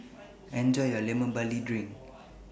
Enjoy your Lemon Barley Drink